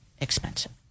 expensive